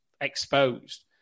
exposed